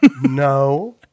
No